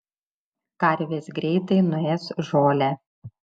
karvės greitai nuės žolę